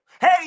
Hey